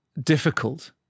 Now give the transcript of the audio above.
difficult